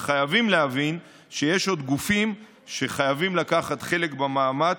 אבל חייבים להבין שיש עוד גופים שחייבים לקחת חלק במאמץ,